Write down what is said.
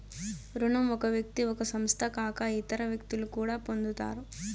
రుణం ఒక వ్యక్తి ఒక సంస్థ కాక ఇతర వ్యక్తులు కూడా పొందుతారు